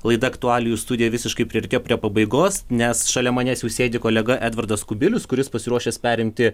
laidą aktualijų studija visiškai priartėjo prie pabaigos nes šalia manęs jau sėdi kolega edvardas kubilius kuris pasiruošęs perimti